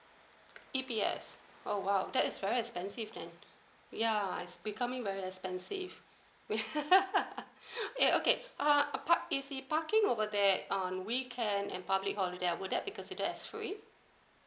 E_P_S oh !wow! that's very expensive then ya it's becoming very expensive we uh okay uh apart is it parking over there on weekend and public holiday would that be considered as free